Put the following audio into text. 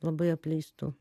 labai apleistų